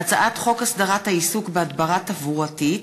הצעת חוק הסדרת העיסוק בהדברה תברואתית,